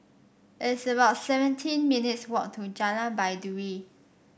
it's about seventeen minutes' walk to Jalan Baiduri